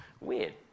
weird